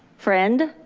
friend?